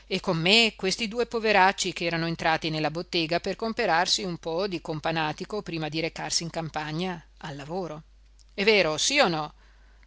con me questi due poveracci ch'erano entrati nella bottega per comperarsi un po di companatico prima di recarsi in campagna al lavoro è vero sì o no